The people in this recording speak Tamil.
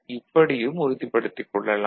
இப்படியும் உறுதிபடுத்திக் கொள்ளலாம்